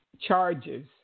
charges